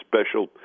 special